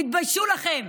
תתביישו לכם.